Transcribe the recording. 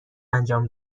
انجام